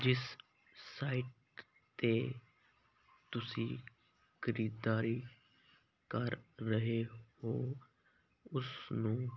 ਜਿਸ ਸਾਈਟ 'ਤੇ ਤੁਸੀਂ ਖ਼ਰੀਦਦਾਰੀ ਕਰ ਰਹੇ ਹੋ ਉਸ ਨੂੰ